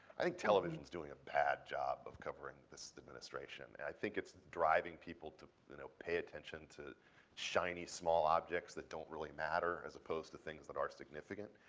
i think television is doing a bad job of covering this administration. and i think it's driving people to you know pay attention to shiny small objects that don't really matter as opposed to things that are significant.